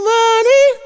money